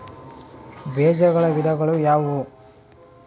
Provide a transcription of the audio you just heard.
ಬೇಜಗಳ ವಿಧಗಳು ಯಾವುವು?